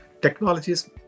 Technologies